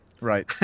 Right